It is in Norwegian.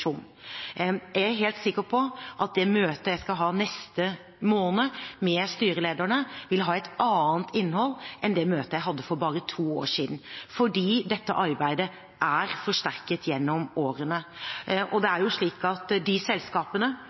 Jeg er helt sikker på at det møtet jeg skal ha neste måned med styrelederne, vil ha et annet innhold enn det møtet jeg hadde for bare to år siden, fordi dette arbeidet er forsterket gjennom årene. Det er jo slik at de selskapene